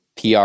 PR